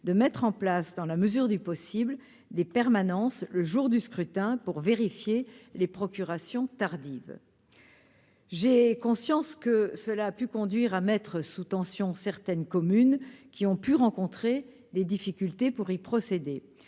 de mettre en place, dans la mesure du possible des permanences le jour du scrutin pour vérifier les procurations tardive, j'ai conscience que cela a pu conduire à mettre sous tension, certaines communes qui ont pu rencontrer des difficultés pour y procéder,